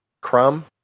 Crumb